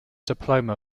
diploma